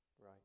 right